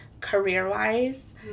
career-wise